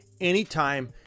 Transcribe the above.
Anytime